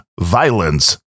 violence